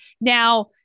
Now